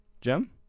gem